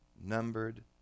numbered